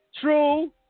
true